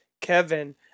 Kevin